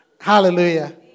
Hallelujah